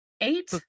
eight